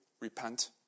repent